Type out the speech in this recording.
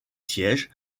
sièges